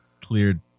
cleared